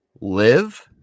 Live